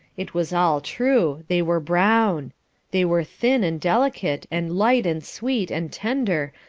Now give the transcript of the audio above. it was all true, they were brown they were thin and delicate, and light and sweet, and tender,